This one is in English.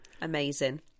Amazing